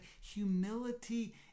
humility